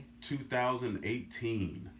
2018